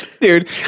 dude